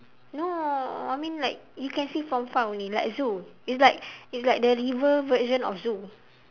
no I mean like you can see from far only like zoo it's like it's like the river version of zoo